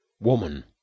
woman